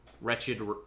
Wretched